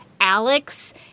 Alex